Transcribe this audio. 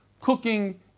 cooking